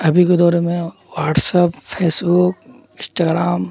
ابھی کے دور میں واٹسپ فیسبک اسٹاگرام